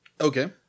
Okay